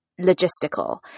logistical